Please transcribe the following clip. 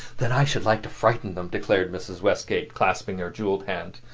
then i should like to frighten them, declared mrs. westgate, clasping her jeweled hands.